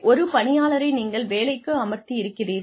ஒரு பணியாளரை நீங்கள் வேலைக்கு அமர்த்தி இருக்கிறீர்கள்